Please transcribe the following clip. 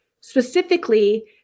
specifically